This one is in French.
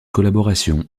collaboration